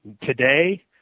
today